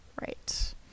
Right